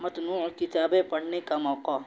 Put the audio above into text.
متنوع کتابیں پڑھنے کا موقع